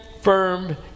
firm